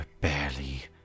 barely